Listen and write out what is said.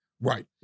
Right